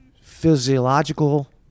physiological